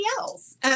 else